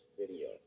video